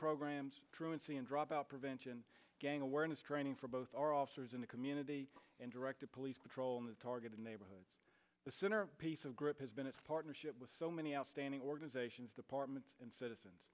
programs truancy and dropout prevention gang awareness training for both our officers in the community and directed police patrol in the targeted neighborhoods the center piece of group has been its partnership with so many outstanding organizations departments and citizens